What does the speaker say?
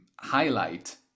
highlight